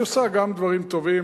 היא עושה גם דברים טובים,